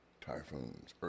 typhoons